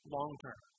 long-term